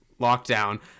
lockdown